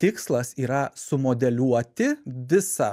tikslas yra sumodeliuoti visą